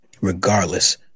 regardless